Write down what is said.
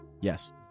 Yes